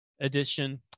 Edition